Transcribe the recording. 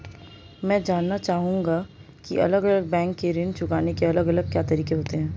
मैं जानना चाहूंगा की अलग अलग बैंक के ऋण चुकाने के अलग अलग क्या तरीके होते हैं?